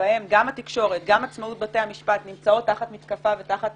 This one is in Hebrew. שבהן גם התקשורת וגם עצמאות בתי המשפט נמצאות תחת מתקפה ותחת